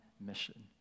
mission